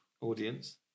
Audience